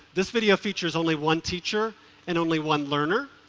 this video features only one teacher and only one learner.